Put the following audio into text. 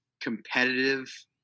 competitive